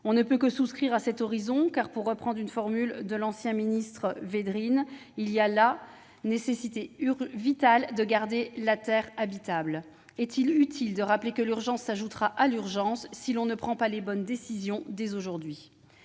On ne peut que souscrire à cet horizon, car pour reprendre une formule de l'ancien ministre Hubert Védrine, il y a « la nécessité vitale de garder la terre habitable ». Est-il utile de rappeler que l'urgence s'ajoutera à l'urgence si l'on ne prend pas les bonnes décisions dès aujourd'hui ?